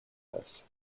this